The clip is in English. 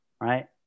right